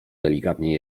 delikatnie